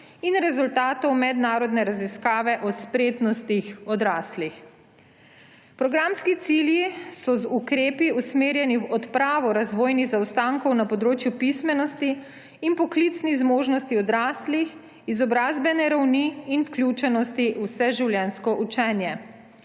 in rezultatov mednarodne raziskave o spretnostih odraslih. Programski cilji so z ukrepi usmerjeni v odpravo razvojnih zaostankov na področju pismenosti in poklicnih zmožnostih odraslih, izobrazbene ravni in vključenosti v vseživljenjsko učenje.